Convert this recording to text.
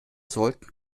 sollten